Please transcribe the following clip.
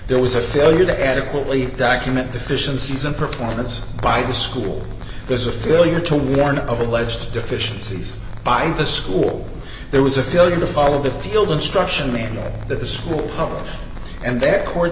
there was a failure to adequately document deficiencies in performance by the school there's a failure to warn of alleged deficiencies by the school there was a failure to follow the field instruction manual that the school and their court